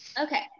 Okay